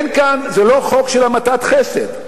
אין כאן, זה לא חוק של המתת חסד.